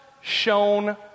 shown